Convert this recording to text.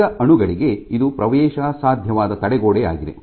ಆಯ್ದ ಅಣುಗಳಿಗೆ ಇದು ಪ್ರವೇಶಸಾಧ್ಯವಾದ ತಡೆಗೋಡೆಯಾಗಿದೆ